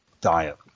diet